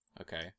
okay